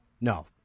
No